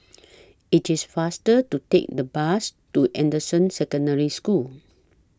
IT IS faster to Take The Bus to Anderson Secondary School